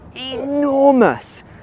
enormous